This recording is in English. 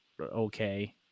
okay